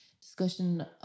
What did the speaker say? discussion